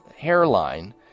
hairline